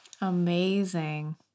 Amazing